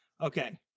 Okay